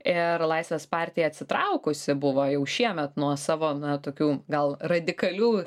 ir laisvės partija atsitraukusi buvo jau šiemet nuo savo na tokių gal radikalių